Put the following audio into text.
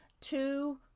two